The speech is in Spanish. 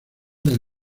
del